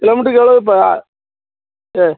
கிலோமீட்டருக்கு எவ்வளவு இப்போ ஆ